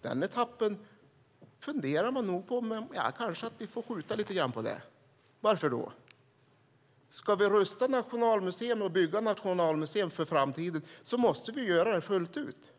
Denna etapp funderar man nog på, men kanske får vi skjuta lite grann på den. Varför då? Ska vi rusta och bygga Nationalmuseum för framtiden måste vi göra det fullt ut. Också